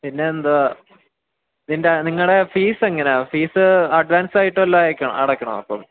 പിന്നെ എന്താ ഇതിൻ്റെ നിങ്ങളുടെ ഫീസ് എങ്ങനെയാണ് ഫീസ് അഡ്വാൻസ് ആയിട്ട് വല്ലതും അടക്കണോ അപ്പം